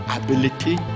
ability